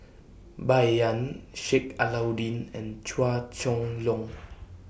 Bai Yan Sheik Alau'ddin and Chua Chong Long